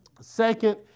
Second